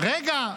רגע.